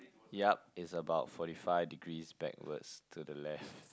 yup it's about forty five degrees backwards to the left